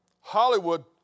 Hollywood